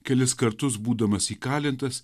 kelis kartus būdamas įkalintas